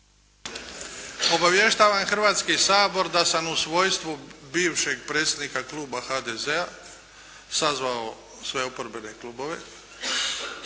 Obavještavam Hrvatski sabor da sam u svojstvu bivšeg predsjednika kluba HDZ-a sazvao sve oporbene klubove